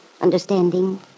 Understanding